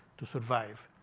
to survive.